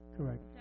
Correct